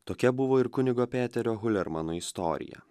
tokia buvo ir kunigo peterio hulermano istorija